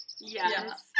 Yes